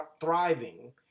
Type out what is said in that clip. thriving